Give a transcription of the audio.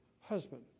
husband